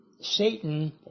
Satan